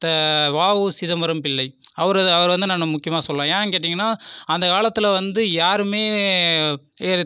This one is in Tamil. வா உ சிதம்பரம் பிள்ளை அவரு அவர் வந்து நான் முக்கியமாக சொல்வேன் ஏன் கேட்டிங்கன்னால் அந்த காலத்தில் வந்து யாரும்